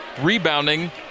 rebounding